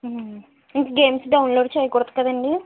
ఇంక games download చెయ్యకూడదు కదండి